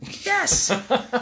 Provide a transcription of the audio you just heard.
Yes